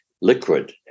Liquid